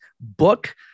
book